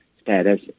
status